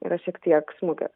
yra šiek tiek smukęs